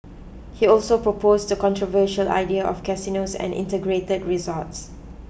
he also proposed the controversial idea of casinos or integrated resorts